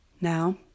Now